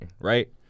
right